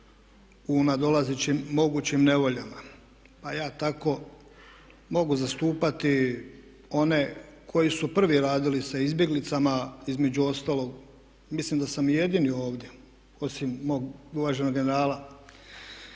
u nadolazećim mogućim nevoljama. Pa ja tako mogu zastupati one koji su prvi radili sa izbjeglicama, između ostalog, mislim da sam i jedini ovdje osim mog uvaženog generala.